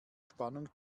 spannung